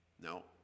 No